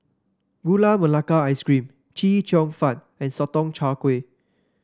Gula Melaka Ice Cream Chee Cheong Fun and Sotong Char Kway